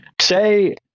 Say